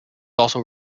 also